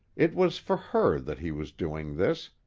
it was for her that he was doing this,